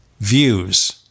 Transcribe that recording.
views